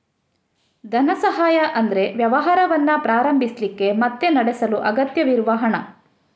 ಧನ ಸಹಾಯ ಅಂದ್ರೆ ವ್ಯವಹಾರವನ್ನ ಪ್ರಾರಂಭಿಸ್ಲಿಕ್ಕೆ ಮತ್ತೆ ನಡೆಸಲು ಅಗತ್ಯವಿರುವ ಹಣ